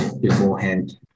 beforehand